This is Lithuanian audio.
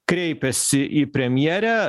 kreipėsi į premjerę